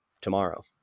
tomorrow